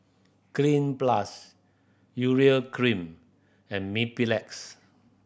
Cleanz Plus Urea Cream and Mepilex